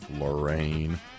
Lorraine